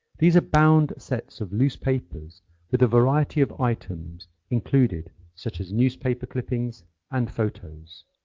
these are bound sets of loose papers with a variety of items included such as newspaper clippings and photos.